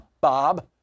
Bob